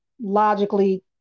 logically